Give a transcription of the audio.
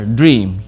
dream